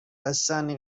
بستنی